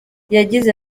yagize